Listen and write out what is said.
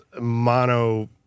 mono